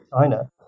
China